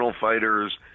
fighters